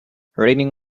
reading